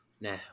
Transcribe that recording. Now